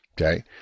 okay